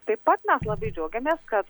taip pat mes labai džiaugiamės kad